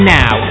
now